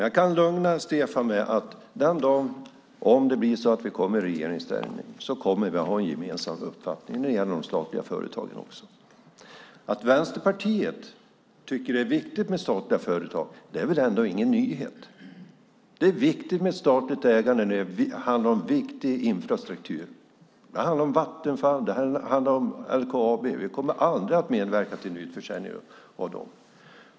Jag kan lugna Stefan Attefall med att om vi kommer i regeringsställning kommer vi att ha en gemensam uppfattning också när det gäller de statliga företagen. Att Vänsterpartiet tycker att det är viktigt med statliga företag är väl ingen nyhet. Det är viktigt med statligt ägande när det handlar om viktig infrastruktur. När det gäller Vattenfall och LKAB kommer vi aldrig att medverka till en utförsäljning av dem.